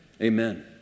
Amen